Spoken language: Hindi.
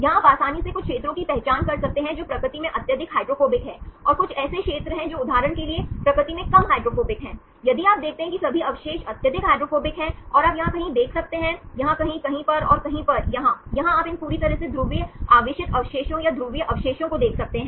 यहां आप आसानी से कुछ क्षेत्रों की पहचान कर सकते हैं जो प्रकृति में अत्यधिक हाइड्रोफोबिक हैं और कुछ ऐसे क्षेत्र हैं जो उदाहरण के लिए प्रकृति में कम हाइड्रोफोबिक हैं यदि आप देखते हैं कि सभी अवशेष अत्यधिक हाइड्रोफोबिक हैं और आप यहां कहीं देख सकते हैं यहां कहीं कहीं पर और कहीं पर यहाँ यहाँ आप इन पूरी तरह से ध्रुवीय आवेशित अवशेषों या ध्रुवीय अवशेषों को देख सकते हैं